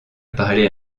parlé